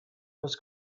was